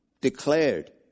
declared